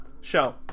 show